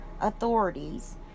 authorities